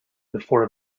before